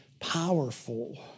powerful